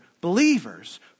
believers